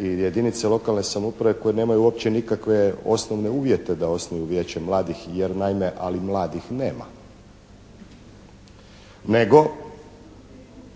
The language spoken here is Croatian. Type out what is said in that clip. i jedinice lokalne samouprave koje nemaju uopće nikakve osnovne uvjete da osnuju Vijeće mladih. Jer naime, ali mladih nema,